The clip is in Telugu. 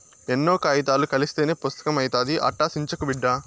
ఎన్నో కాయితాలు కలస్తేనే పుస్తకం అయితాది, అట్టా సించకు బిడ్డా